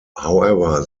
however